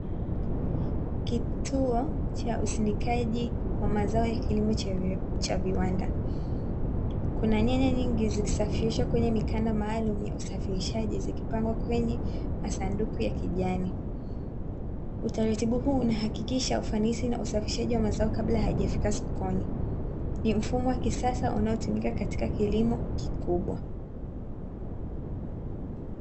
Kituo cha usindikaji wa mazao ya kilimo cha viwanda. Kuna nyanya nyingi zikisafirishwa kwenye mikanda maalumu ya usafirishaji zikipangwa kwenye masanduku ya kijani. Utaratibu huu unahakikisha ufanisi na usafirishaji wa mazao kabla hayajafika sokoni. Ni mfumo wa kisasa, unaotumika katika kilimo kikubwa.